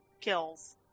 kills